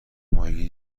ماهیگیری